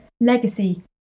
legacy